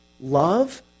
love